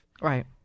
Right